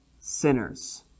sinners